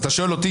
אתה שואל אתי,